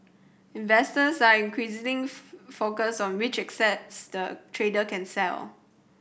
investors are increasingly focused on which assets the trader can sell